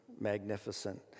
magnificent